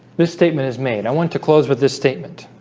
this statement is made i want to close with this statement